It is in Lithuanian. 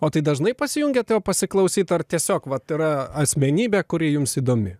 o tai dažnai pasijungiat jo pasiklausyt ar tiesiog vat yra asmenybė kuri jums įdomi